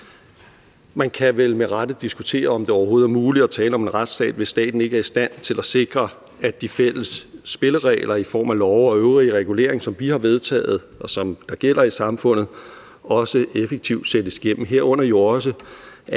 Man kan vel med rette diskutere, om det overhovedet er muligt at tale om en retsstat, hvis staten ikke er i stand til at sikre, at de fælles spilleregler i form af love og øvrige reguleringer, som vi har vedtaget, og som gælder i samfundet, også effektivt sættes igennem, herunder jo også,